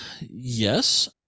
yes